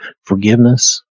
forgiveness